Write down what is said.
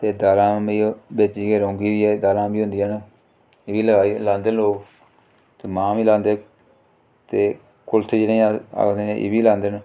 फिर दालां होंदियां बिच्च जाइयै रोंगी दी दालां बी होंदिया न एह् बी लांदे लोग ते मांह् बी लांदे ते कुल्थ जिनेंगी अस आखने इब्बी लांदे न